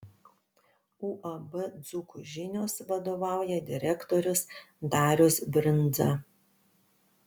uab dzūkų žinios vadovauja direktorius darius brindza